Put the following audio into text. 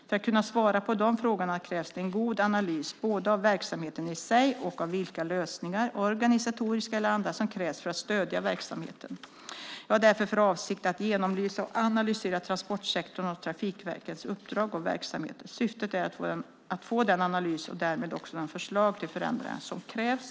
För att kunna svara på de frågorna krävs det en god analys både av verksamheten i sig och av vilka lösningar, organisatoriska eller andra, som krävs för att stödja verksamheten. Jag har därför för avsikt att genomlysa och analysera transportsektorns och trafikverkens uppdrag och verksamheter. Syftet är att få den analys och därmed också de förslag till förändringar som krävs.